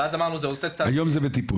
ואז אמרנו שזה עושה קצת --- היום זה "בטיפול".